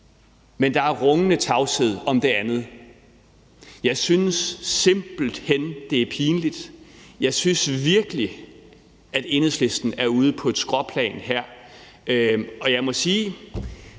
mens der er rungende tavshed om det andet? Jeg synes simpelt hen, at det er pinligt. Jeg synes virkelig, at Enhedslisten er ude på et skråplan her. Og jeg må sige,